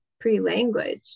pre-language